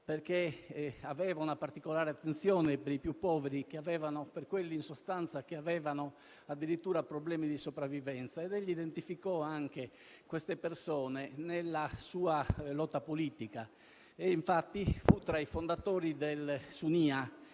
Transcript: perché aveva una particolare attenzione per i più poveri, per coloro che avevano addirittura problemi di sopravvivenza. Egli identificò queste persone nella sua lotta politica e fu infatti tra i fondatori del Sindacato